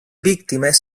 víctimes